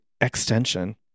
extension